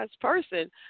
person